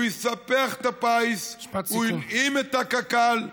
הוא יספח את הפיס, הוא הלאים את הקק"ל.